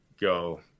go